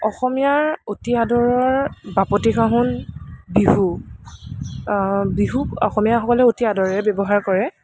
অসমীয়াৰ অতি আদৰৰ বাপতিসাহোন বিহু বিহুক অসমীয়াসকলে অতি আদৰেৰে ব্য়ৱহাৰ কৰে